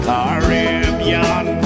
Caribbean